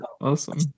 awesome